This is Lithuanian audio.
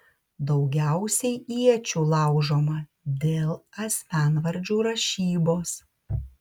daugiausiai iečių laužoma dėl asmenvardžių rašybos